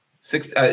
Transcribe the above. six